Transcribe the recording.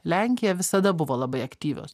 lenkija visada buvo labai aktyvios